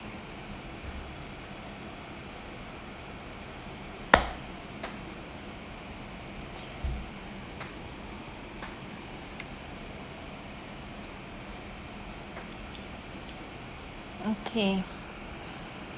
okay